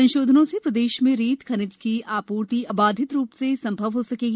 संशोधनों से प्रदेश में रेत खनिज की आपूर्ति आबाधित रूप से संभव हो सकेगी